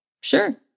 Sure